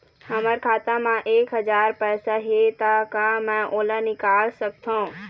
हमर खाता मा एक हजार पैसा हे ता का मैं ओला निकाल सकथव?